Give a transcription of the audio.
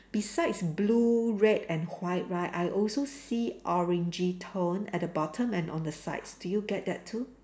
besides blue red and white right I also see orangey tone at the bottom and on the sides do you get that too